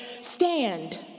stand